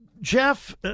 Jeff